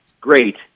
Great